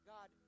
God